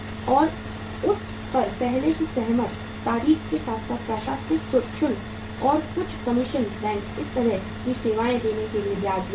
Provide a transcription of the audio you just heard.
और उस पर पहले से सहमत तारीख के साथ साथ प्रशासनिक शुल्क और कुछ कमीशन बैंक इस तरह की सेवाएं देने के लिए ब्याज लेते हैं